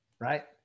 right